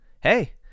Hey